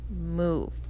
move